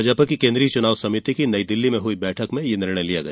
भाजपा की केन्द्रीय चनाव समिति की नई दिल्ली में हुई बैठक में यह निर्णय लिया गया